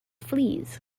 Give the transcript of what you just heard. fleas